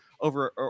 over